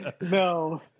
No